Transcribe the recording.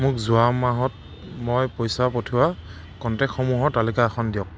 মোক যোৱা মাহত মই পইচা পঠিওৱা কণ্টেক্টসমূহৰ তালিকা এখন দিয়ক